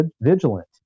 vigilant